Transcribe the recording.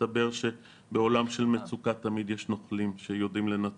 מסתבר שבעולם של מצוקה תמיד יש נוכלים שיודעים לנצל את המצב.